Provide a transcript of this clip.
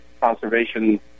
conservation